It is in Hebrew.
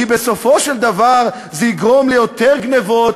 כי בסופו של דבר זה יגרום ליותר גנבות,